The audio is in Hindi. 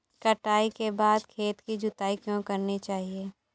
कटाई के बाद खेत की जुताई क्यो करनी चाहिए?